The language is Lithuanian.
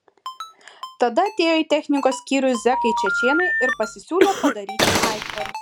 tada atėjo į technikos skyrių zekai čečėnai ir pasisiūlė padaryti aitvarus